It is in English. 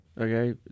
Okay